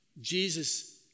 Jesus